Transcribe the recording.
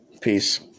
Peace